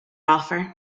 offer